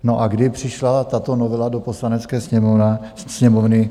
No a kdy přišla tato novela do Poslanecké sněmovna sněmovny?